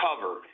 cover